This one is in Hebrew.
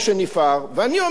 ואני אומר לעצמי,